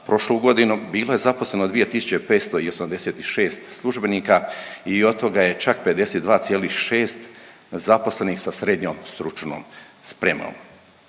prošlu godinu bilo je zaposleno 2.586 službenika i od toga je čak 52,6 zaposlenih sa SSS. Dakle u tom,